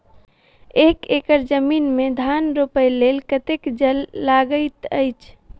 एक एकड़ जमीन मे धान रोपय लेल कतेक जल लागति अछि?